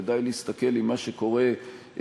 ודי להסתכל על מה שקורה בעזה,